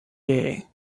gay